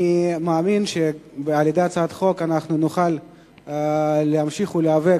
אני מאמין שבאמצעות הצעת החוק הזאת נוכל להמשיך להיאבק